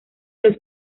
los